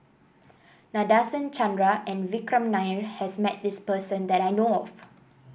Nadasen Chandra and Vikram Nair has met this person that I know of